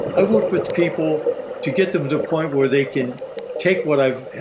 i worked with people to get them to point where they can take what i've.